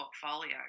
portfolio